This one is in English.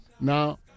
Now